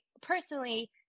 personally